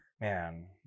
man